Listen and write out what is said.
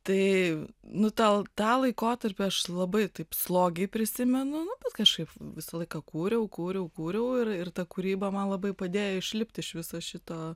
tai nu tą tą laikotarpį aš labai taip slogiai prisimenu kažkaip visą laiką kūriau kūriau kūriau ir ir ta kūryba man labai padėjo išlipti iš viso šito